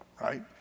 right